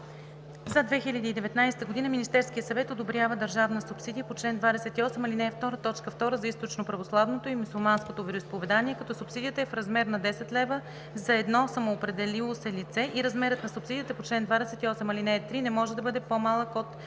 За 2019 г. Министерският съвет одобрява държавна субсидия по чл. 28, ал. 2, т. 2 за източноправославното и мюсюлманското вероизповедание, като субсидията е в размер на 10 лв. за едно самоопределило се лице и размерът на субсидията по чл. 28, ал. 3 не може да бъде по-малък от